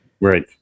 Right